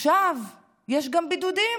עכשיו יש גם בידודים.